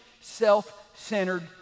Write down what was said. self-centered